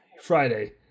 Friday